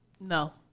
No